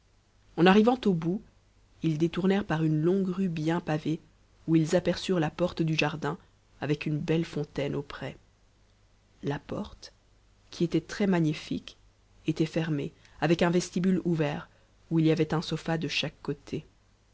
en arrivant au bout ils détournèrent par une longue rue bien pavée où ils aperçurent la porte du jardin avec une belle fontaine auprès e la porte qui était très magnifique était fermée avec un vestibule ouvert où il y avait un sofa de chaque côté